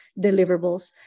deliverables